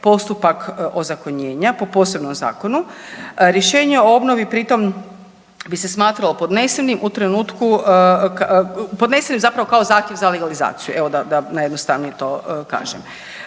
postupak ozakonjenja, po posebnom zakonu. Rješenje o obnovi pritom bi se smatralo podnesenim u trenutku, .../nerazumljivo/... podnesenim zapravo kao zahtjev za legalizaciju, evo, da najjednostavnije to kažem